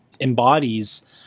embodies